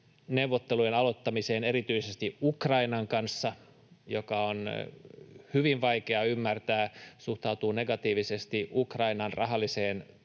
neuvottelujen aloittamiseen erityisesti Ukrainan kanssa, mitä on hyvin vaikea ymmärtää, suhtautuu negatiivisesti Ukrainan rahalliseen